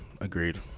Agreed